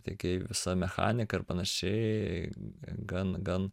taigi visa mechanika ir panašiai gan gan